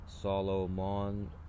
Solomon